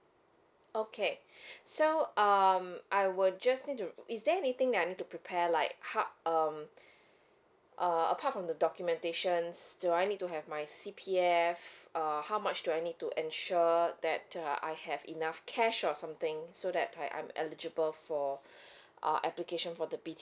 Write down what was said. okay so um I will just need to is there anything that I need to prepare like hu~ um uh apart from the documentations do I need to have my C_P_F err how much do I need to ensure that uh I have enough cash or something so that I I'm eligible for uh application for the B_T_O